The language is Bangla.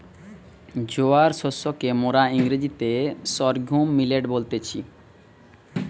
জোয়ার শস্যকে মোরা ইংরেজিতে সর্ঘুম মিলেট বলতেছি